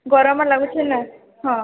ଗରମ ଲାଗୁଛି ନା ହଁ